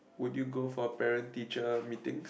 would you go for parent teacher meetings